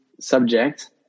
subject